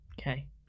Okay